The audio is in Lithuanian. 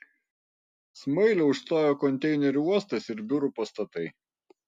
smailę užstojo konteinerių uostas ir biurų pastatai